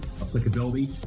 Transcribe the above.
applicability